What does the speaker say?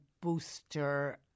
booster